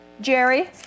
jerry